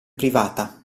privata